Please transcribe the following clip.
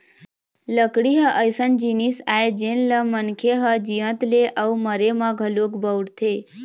लकड़ी ह अइसन जिनिस आय जेन ल मनखे ह जियत ले अउ मरे म घलोक बउरथे